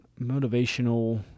motivational